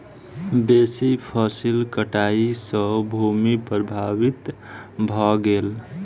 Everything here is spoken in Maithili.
बेसी फसील कटाई सॅ भूमि प्रभावित भ गेल